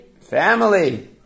Family